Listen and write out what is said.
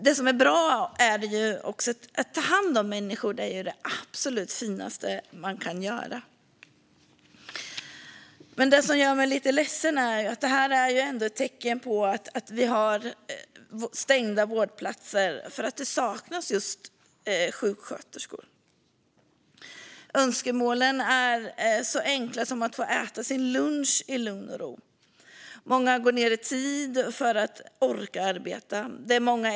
Att ta hand om människor är ju det absolut finaste man kan göra. Samtidigt är detta ett tecken på stängda vårdplatser på grund av att det saknas sjuksköterskor. Önskemålen är så enkla som att få äta sin lunch i lugn och ro. Många går ned i tid för att orka arbeta.